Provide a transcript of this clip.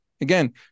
again